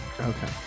Okay